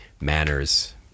manners